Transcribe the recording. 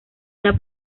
una